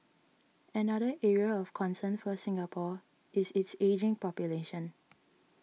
another area of concern for Singapore is its ageing population